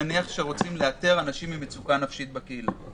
נניח שרוצים לאתר אנשים במצוקה נפשית בקהילה.